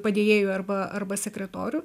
padėjėjų arba arba sekretorių